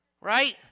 Right